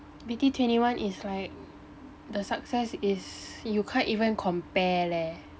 B_T twenty one is like the success is you can't even compare leh